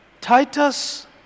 Titus